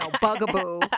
bugaboo